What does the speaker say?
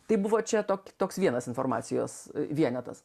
tai buvo čia tok toks vienas informacijos vienetas